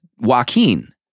Joaquin